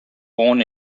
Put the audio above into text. born